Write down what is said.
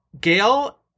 Gail